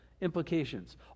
implications